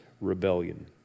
rebellion